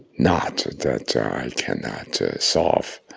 knot that i cannot solve